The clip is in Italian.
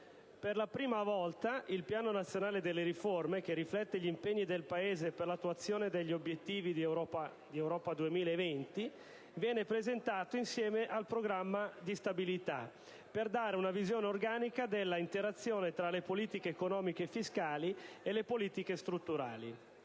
Per la prima volta il Programma nazionale di riforma, che riflette gli impegni del Paese per l'attuazione degli obiettivi di Europa 2020, viene presentato insieme al Programma di stabilità, per dare una visione organica dell'interazione tra le politiche economiche e fiscali e le politiche strutturali,